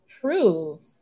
prove